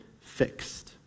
fixed